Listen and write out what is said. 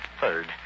Third